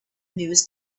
news